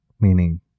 meaning